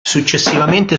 successivamente